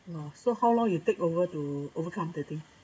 oh so how long you take over to overcome the thing